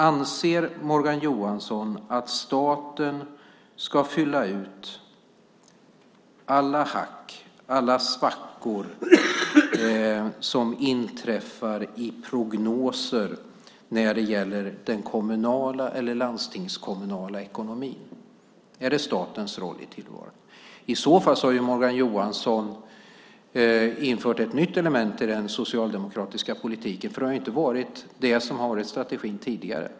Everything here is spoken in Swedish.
Anser Morgan Johansson att staten ska fylla ut alla hack och svackor som inträffar i prognoser när det gäller den kommunala eller landstingskommunala ekonomin? Är det statens roll i tillvaron? I så fall har Morgan Johansson infört ett nytt element i den socialdemokratiska politiken, för det har inte varit strategin tidigare.